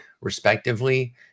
respectively